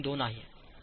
2 आहे